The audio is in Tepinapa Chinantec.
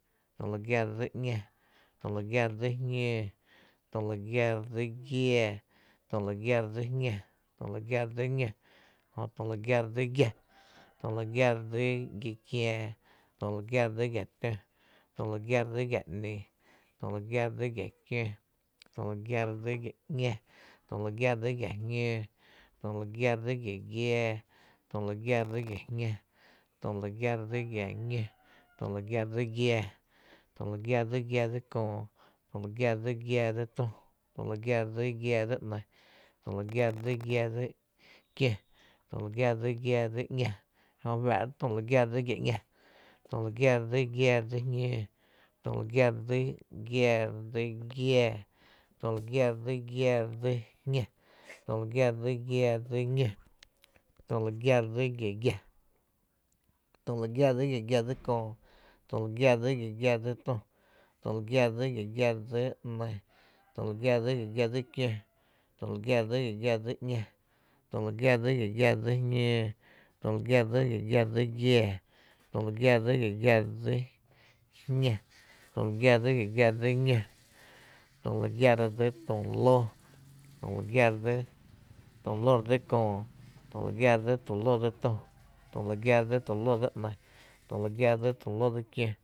tü lu giá re dsi ´ñá, tü lu giá re dsi jñǿǿ, tü lu giá re dsi giaa, tü lu giá re dsi jñá, tü lu giá re dsi ñó, tü lu gia re dsi giátü lu gia dsi gia kiää, tü lu gia dsi gia tö, tü lu gia dsi gia ‘ni, tü lu gia dsi gia kió, tü lu gia dsi gia ‘ñá, tü lu gia dsi gia jñǿǿ, tü lu gia dsi gi giaa, tü lu gia dsi gia jñá, tü lu gia dsi gia ñó, tü lu gia dsi giⱥⱥ, tü lu gia dsi giⱥⱥ dsi köö, tü lu gia dsi giⱥⱥ dsi tü, tü lu gia dsi giⱥⱥ dsi ‘ni, tü lu gia dsi giⱥⱥ dsi kió, tü lu gia dsi giⱥⱥ dsi ‘ñá, tü lu gia dsi giⱥⱥ dsi jñǿǿ, tü lu gia dsi giⱥⱥ dsi giáá, tü lu gia dsi giⱥⱥ dsi jñá, tü lu gia dsi giⱥⱥ dsi ñó, tü lu gia dsi giⱥ giⱥ, tü lu gia dsi giⱥ giⱥ dsi köö, tü lu gia dsi giⱥ giⱥ dsi tü, tü lu gia dsi giⱥ giⱥ dsi köö ‘ni, tü lu gia dsi giⱥ giⱥ dsi kió, tü lu gia dsi giⱥ giⱥ dsi ´ñá, tü lu gia dsi giⱥ giⱥ dsi jñǿǿ, tü lu gia dsi giⱥ giⱥ dsi giⱥⱥ, tü lu gia dsi giⱥ giⱥ dsi jñá, tü lu gia dsi giⱥ giⱥ dsi ñó, tü lu gia dsi tu lóótü lu gia dsi tu lóó dsi köö, tü lu gia dsi tu lóó dsi tü, tü lu gia dsi tu lóó dsi ‘ni, tü lu gia dsi tu lóó dsi kió